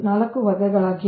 4 ವರ್ಗಗಳಿವೆ